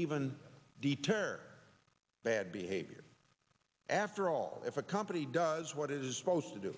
even deter bad behavior after all if a company does what it is supposed to do